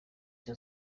icyo